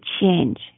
change